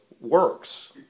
works